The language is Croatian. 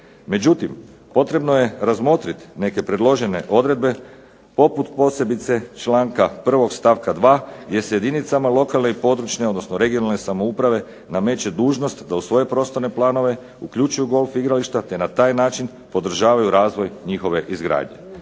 međutim potrebno je razmotriti neke predložene odredbe poput posebice članka 1. stavka 2. jer se jedinicama lokalne i područne, odnosno regionalne samouprave nameće dužnost da usvoje prostorne planove, uključuju golf igrališta, te na taj način podržavaju razvoj njihove izgradnje.